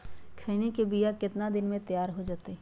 खैनी के बिया कितना दिन मे तैयार हो जताइए?